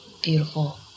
beautiful